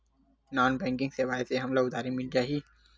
Non banking सेवाएं से हमला उधारी मिल जाहि?